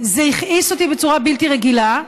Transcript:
זה הכעיס אותי בצורה בלתי רגילה,